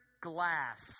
glass